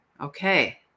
Okay